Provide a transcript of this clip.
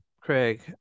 Craig